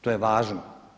To je važno.